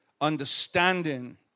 understanding